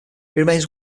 remains